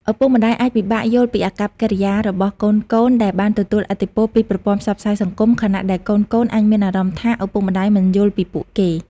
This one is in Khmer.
ឪពុកម្តាយអាចពិបាកយល់ពីអាកប្បកិរិយារបស់កូនៗដែលបានទទួលឥទ្ធិពលពីប្រព័ន្ធផ្សព្វផ្សាយសង្គម ខណៈដែលកូនៗអាចមានអារម្មណ៍ថាឪពុកម្តាយមិនយល់ពីពួកគេ។